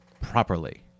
properly